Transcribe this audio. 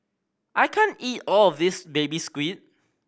I can't eat all of this Baby Squid